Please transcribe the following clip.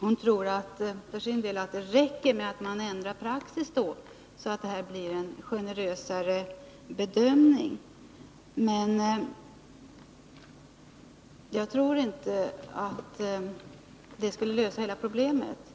hon för sin del tror att det räcker med att man ändrar praxis så, att bedömningen blir generösare. Men jag tror inte att detta skulle lösa hela problemet.